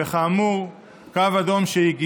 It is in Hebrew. וכאמור, הגיע קו אדום.